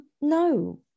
no